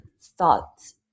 thoughts